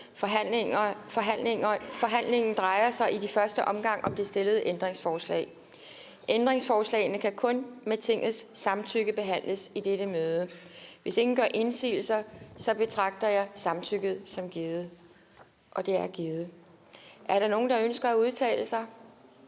Forhandlingen drejer sig i første omgang om de stillede ændringsforslag. Ændringsforslagene kan kun med Tingets samtykke behandles i dette møde. Hvis ingen gør indsigelse, betragter jeg samtykket som givet. Det er givet. Er der nogen, der ønsker at udtale sig?